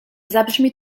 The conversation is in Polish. zabrzmi